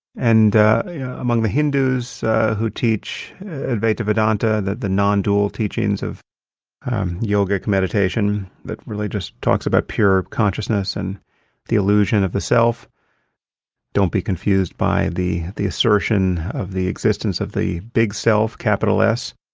and among the hindus who teach advaita vedanta, the the non-dual teachings of yogic meditation that really just talks about pure consciousness and the illusion of the self don't be confused about the the assertion of the existence of the big self, capital s.